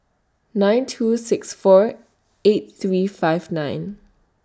nine two six four eight three five nine